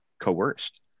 coerced